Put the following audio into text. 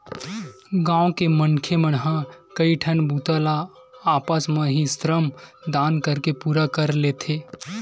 गाँव के मनखे मन ह कइठन बूता ल आपस म ही श्रम दान करके पूरा कर लेथे